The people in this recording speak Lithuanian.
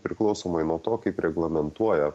priklausomai nuo to kaip reglamentuoja